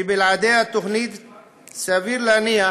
שבלעדיה סביר להניח